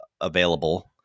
available